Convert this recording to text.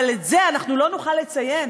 אבל את זה אנחנו לא נוכל לציין,